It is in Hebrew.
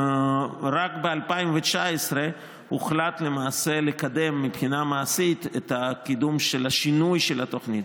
רק ב-2019 הוחלט לקדם מבחינה מעשית את הקידום של השינוי של התוכנית,